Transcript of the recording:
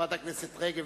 חברת הכנסת רגב,